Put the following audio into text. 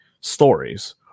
stories